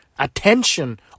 Attention